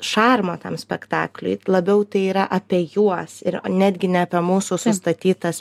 šarmo tam spektakliui labiau tai yra apie juos ir netgi ne apie mūsų sustatytas